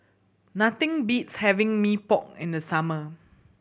nothing beats having Mee Pok in the summer